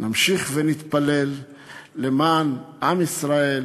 נמשיך ונתפלל למען עם ישראל,